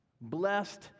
blessed